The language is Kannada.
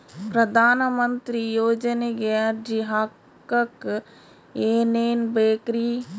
ಪ್ರಧಾನಮಂತ್ರಿ ಯೋಜನೆಗೆ ಅರ್ಜಿ ಹಾಕಕ್ ಏನೇನ್ ಬೇಕ್ರಿ?